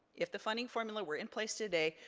if the funding formula were in place today,